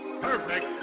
perfect